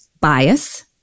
bias